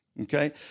Okay